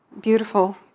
Beautiful